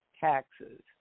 taxes